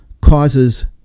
causes